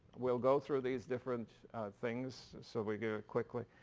we'll go through these different things. so we go quickly.